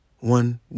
One